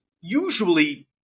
usually